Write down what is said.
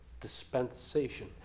dispensation